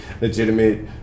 legitimate